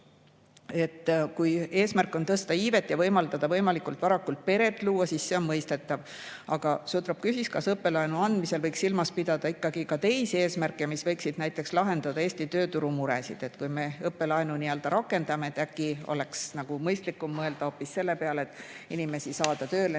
Kui eesmärk on tõsta iivet ja võimaldada võimalikult varakult pere luua, siis see on mõistetav. Aga Sutrop küsis, kas õppelaenu andmisel võiks silmas pidada ikkagi ka teisi eesmärke, mis võiksid näiteks lahendada Eesti tööturumuresid. Kui me õppelaenu rakendame, siis äkki oleks mõistlikum [seda andes] mõelda hoopis